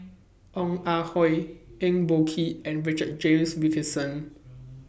Ong Ah Hoi Eng Boh Kee and Richard James Wilkinson